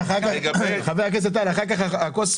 אני מאמין שברגע שיבוא פיתרון,